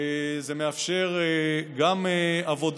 אפשר לעבוד